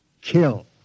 Kill